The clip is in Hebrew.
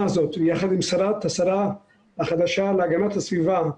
הזאת ויושבת גם השרה החדשה להגנת הסביבה,